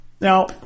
Now